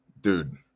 dude